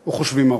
או חושבים ארוך,